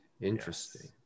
Interesting